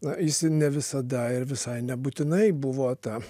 na jis ne visada ir visai nebūtinai buvo ta